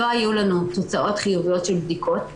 לא היו לנו תוצאות חיוביות של בדיקות,